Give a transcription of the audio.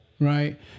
Right